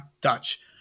Dutch